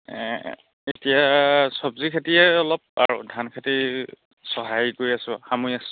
এতিয়া চব্জি খেতিয়ে অলপ আৰু ধান খেতি চহায় কৰি আছোঁ সামৰি আছোঁ